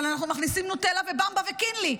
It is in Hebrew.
אבל אנחנו מכניסים נוטלה ובמבה וקינלי,